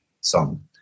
song